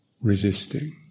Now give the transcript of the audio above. resisting